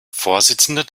vorsitzender